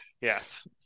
Yes